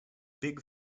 big